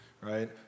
right